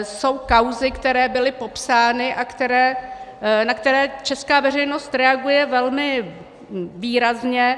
Jsou kauzy, které byly popsány a na které česká veřejnost reaguje velmi výrazně.